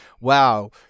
wow